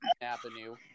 Avenue